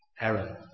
Aaron